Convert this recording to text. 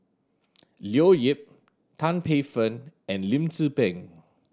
Leo Yip Tan Paey Fern and Lim Tze Peng